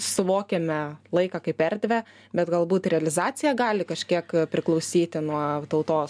suvokiame laiką kaip erdvę bet galbūt realizacija gali kažkiek priklausyti nuo tautos